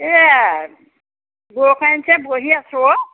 এয়া বৰষুণ আহিছে বহি আছো অঁ